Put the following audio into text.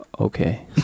Okay